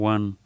One